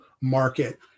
market